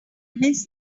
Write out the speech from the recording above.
unless